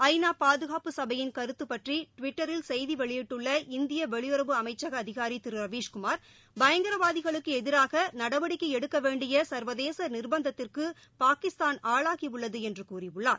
ஐநா பாதுகாப்பு சபையின் கருத்து பற்றி டிவிட்டரில் செய்தி வெளியிட்டுள்ள இந்திய வெளியுறவு அமைச்சக அதிகாரி திரு ரவீஷ்குமார் பயங்கரவாதிகளுக்கு எதிராக நடவடிக்கை எடுக்க வேண்டிய சர்வதேச நிர்பந்தத்திற்கு பாகிஸ்தான் ஆளாகியுள்ளது என்று கூறியுள்ளார்